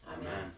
Amen